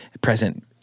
present